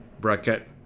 bracket